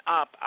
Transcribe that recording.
up